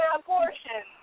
abortion